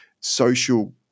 social